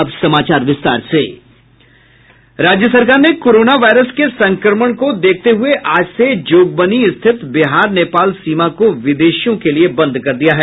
राज्य सरकार ने कोरोना वायरस के संक्रमण को देखते हुये आज से जोगबनी स्थित बिहार नेपाल सीमा को विदेशियों के लिये बंद कर दिया है